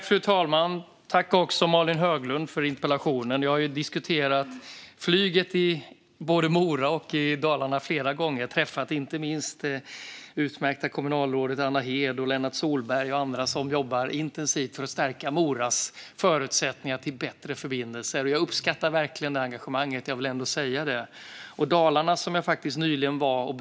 Fru talman! Jag tackar Malin Höglund för interpellationen. Jag har diskuterat flyget både i Mora och i Dalarna flera gånger. Jag har inte minst träffat det utmärkta kommunalrådet Anna Hed, Lennart Sohlberg och andra som jobbar intensivt för att stärka Moras förutsättningar för bättre förbindelser. Jag uppskattar verkligen det engagemanget - det vill jag ändå säga. Jag besökte nyligen Dalarna.